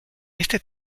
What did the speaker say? este